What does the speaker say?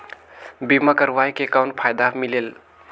बीमा करवाय के कौन फाइदा मिलेल?